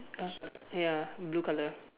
uh ya blue colour